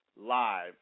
live